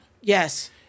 Yes